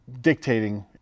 dictating